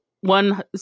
one